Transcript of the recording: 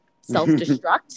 self-destruct